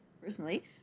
personally